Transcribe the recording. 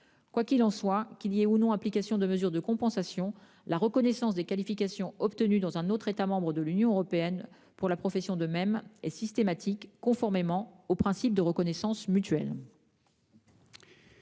Quoi qu'il en soit, qu'il y ait ou non application de mesures de compensation, la reconnaissance des qualifications obtenues dans un autre État membre de l'Union européenne pour la profession de MEM est systématique, conformément au principe de reconnaissance mutuelle.